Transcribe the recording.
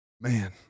Man